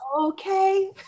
Okay